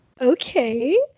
Okay